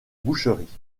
boucherie